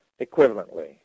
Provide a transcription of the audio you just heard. equivalently